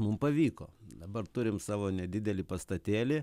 mum pavyko dabar turim savo nedidelį pastatėlį